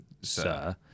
sir